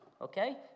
okay